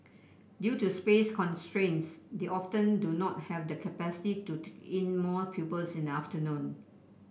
due to space constraints they often do not have the capacity to in more pupils in afternoon